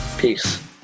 Peace